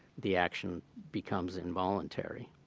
the action becomes involuntary.